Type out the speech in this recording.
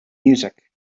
music